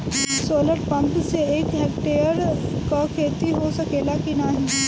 Solar pump से एक hectare क खेती हो सकेला की नाहीं?